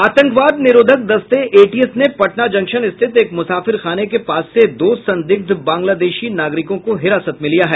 आतंकवाद निरोधक दस्ते एटीएस ने पटना जंक्शन स्थित एक मुसाफिरखाने के पास से दो संदिग्ध बांग्लादेशी नागरिकों को हिरासत में लिया है